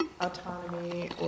Autonomy